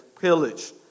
pillage